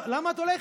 למה את הולכת?